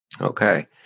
Okay